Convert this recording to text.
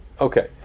Okay